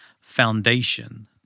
foundation